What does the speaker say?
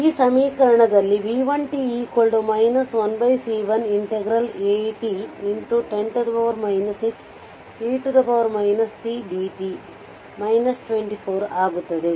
ಈ ಸಮೀಕರಣದಲ್ಲಿ v1t 1C1 80x10 6e tdt 24 ಆಗುತ್ತದೆ